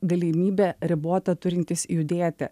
galimybė ribota turintys judėti